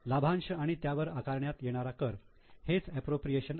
लाभांश आणि त्यावर आकारण्यात येणारा कर हेच अप्रोप्रिएशन आहे